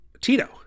Tito